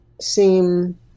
seem